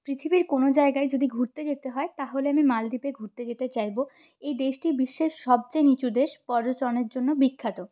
পৃথিবীর কোনো জায়গায় যদি ঘুরতে যেতে হয় তাহলে আমি মালদ্বীপে ঘুরতে যেতে চাইবো এই দেশটি বিশ্বের সবচেয়ে নিচু দেশ পর্যটনের জন্য বিখ্যাত